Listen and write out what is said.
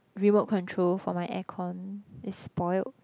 remote control for my air con is spoiled